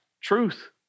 truth